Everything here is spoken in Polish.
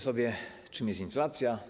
sobie, czym jest inflacja.